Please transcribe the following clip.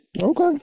Okay